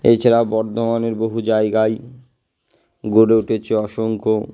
এছাড়া বর্ধমানের বহু জায়গায় গড়ে উঠেছে অসংখ্য